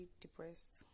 depressed